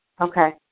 Okay